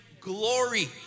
glory